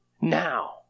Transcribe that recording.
now